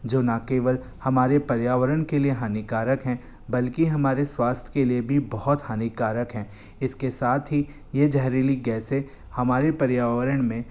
जो न केवल हमारे पर्यावरण के लिए हानिकारक हैं बल्कि हमारे स्वास्थ्य के लिए भी बहुत हानिकारक हैं इसके साथ ही यह ज़हरीली गैसें हमारे पर्यावरण में